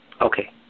Okay